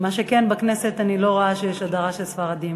מה שכן, בכנסת אני לא רואה שיש הדרה של ספרדים.